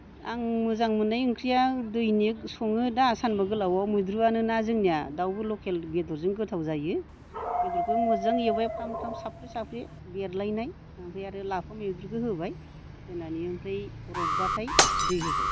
आं मोजां मोन्नाय ओंख्रिया दैनिक सङोदा सानबा गोलावआव मैद्रु आनो ना जोंनिया दाउ लकेल बेद'रजों गोथाव जायो बेद'रखौ मोजां एवबाय फ्रामफ्राम साफ्रे साफ्रे बेरलायनाय ओमफ्राय आरो लाफा मैद्रुखौ होबाय होनानै ओमफ्राय रबबाथाय दै होबाय